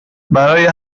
برای